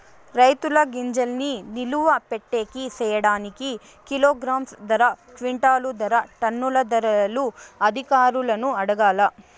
రైతుల గింజల్ని నిలువ పెట్టేకి సేయడానికి కిలోగ్రామ్ ధర, క్వింటాలు ధర, టన్నుల ధరలు అధికారులను అడగాలా?